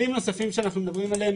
כלים נוספים שאנחנו מדברים עליהם.